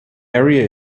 area